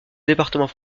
département